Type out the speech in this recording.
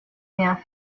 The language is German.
mehr